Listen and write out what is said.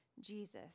Jesus